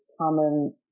common